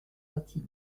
bâtie